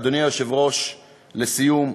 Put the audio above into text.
אדוני היושב-ראש, לסיום,